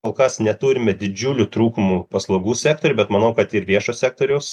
kol kas neturime didžiulių trūkumų paslaugų sektoriuje bet manau kad ir viešo sektoriaus